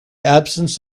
absence